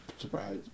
surprise